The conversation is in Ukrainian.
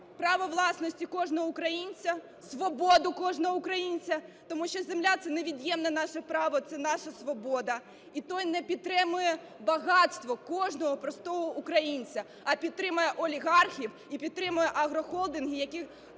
право власності кожного українця, свободу кожного українця. Тому що земля – це невід'ємне наше право, це наша свобода. І той не підтримує багатство кожного простого українця, а підтримує олігархів і підтримує агрохолдинги, які